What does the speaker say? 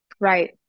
right